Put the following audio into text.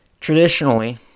traditionally